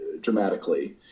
dramatically